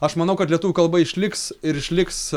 aš manau kad lietuvių kalba išliks ir išliks